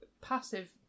passive